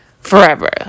forever